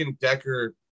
Decker